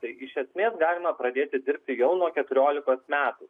taigi iš esmės galima pradėti dirbti jau nuo keturiolikos metų